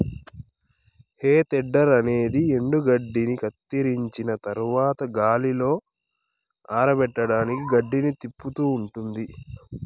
హే tedder అనేది ఎండుగడ్డిని కత్తిరించిన తరవాత గాలిలో ఆరపెట్టడానికి గడ్డిని తిప్పుతూ ఉంటాది